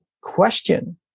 question